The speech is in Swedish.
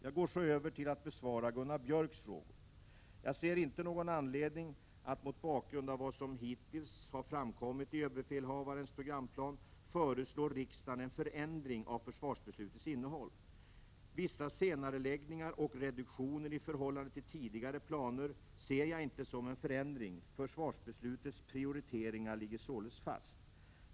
Jag går så över till att besvara Gunnar Björks frågor. Jag ser inte någon anledning att, mot bakgrund av vad som hittills har framkommit i överbefälhavarens programplan, föreslå riksdagen en förändring av försvarsbeslutets innehåll. Vissa senareläggningar och reduktioner i förhållande till tidigare planer ser jag inte som en förändring. Försvarsbeslutets prioriteringar ligger således fast.